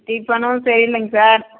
டிஃபனும் சரி இல்லைங்க சார்